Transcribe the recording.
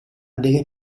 delle